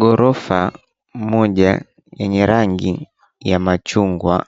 Gorofa moja yenye rangi ya machungwa